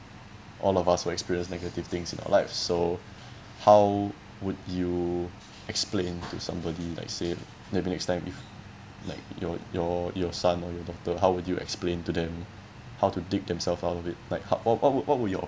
all of us will experience negative things in our life so how would you explain to somebody like say maybe next time if like your your your son or your daughter how would you explain to them how to dig themselves out of it like how what would what would you